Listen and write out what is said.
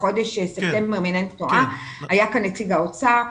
בה השתתף גם נציג האוצר.